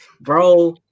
Bro